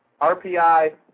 RPI